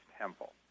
temple